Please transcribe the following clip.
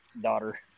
daughter